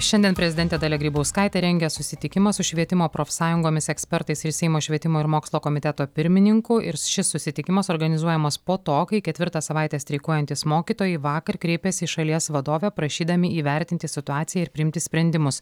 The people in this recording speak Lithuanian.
šiandien prezidentė dalia grybauskaitė rengia susitikimą su švietimo profsąjungomis ekspertais ir seimo švietimo ir mokslo komiteto pirmininku ir šis susitikimas organizuojamas po to kai ketvirtą savaitę streikuojantys mokytojai vakar kreipėsi į šalies vadovę prašydami įvertinti situaciją ir priimti sprendimus